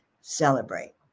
Celebrate